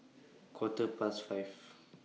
Quarter Past five